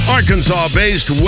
Arkansas-based